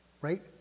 right